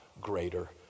greater